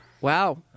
Wow